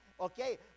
Okay